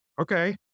Okay